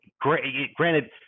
granted